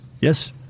Yes